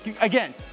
again